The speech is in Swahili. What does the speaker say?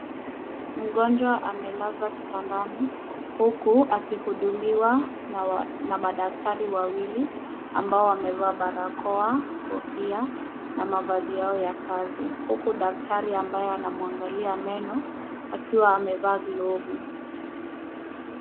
Mgonjwa amelazwa kitandani huku akihudumiwa na madaktari wawili ambao wamevaa barakoa, kofia na mavazi yao ya kazi, huku daktari ambaye anamwangalia meno akiwa amevaa glovu.